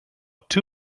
too